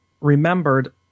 remembered